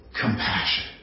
compassion